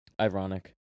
ironic